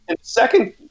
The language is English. second